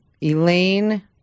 Elaine